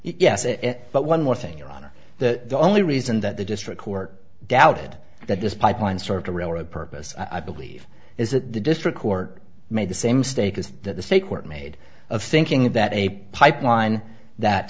but one more thing your honor the only reason that the district court doubted that this pipeline served a railroad purpose i believe is that the district court made the same state as the state court made of thinking that a pipeline that